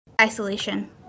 isolation